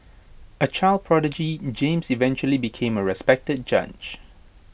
A child prodigy James eventually became A respected judge